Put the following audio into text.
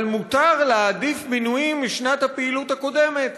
אבל מותר להעדיף מינויים משנת הפעילות הקודמת,